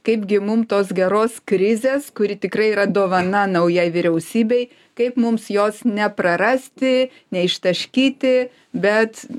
kaipgi mum tos geros krizės kuri tikrai yra dovana naujai vyriausybei kaip mums jos neprarasti neištaškyti bet